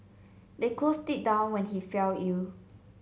they closed it down when he fell ill